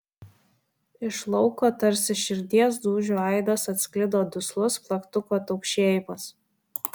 iš lauko tarsi širdies dūžių aidas atsklido duslus plaktuko taukšėjimas